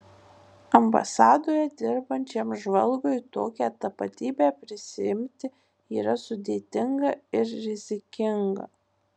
ambasadoje dirbančiam žvalgui tokią tapatybę prisiimti yra sudėtinga ir rizikinga